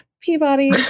Peabody